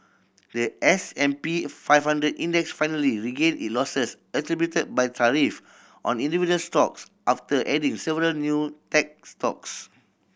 the S and P five hundred Index finally regained it losses attributed by tariff on individual stocks after adding several new tech stocks